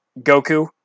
Goku